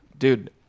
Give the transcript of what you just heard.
Dude